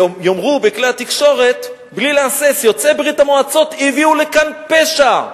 יאמרו בכלי התקשורת בלי להסס: יוצאי ברית-המועצות הביאו לכאן פשע,